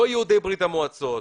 לא יהודי ברית המועצות,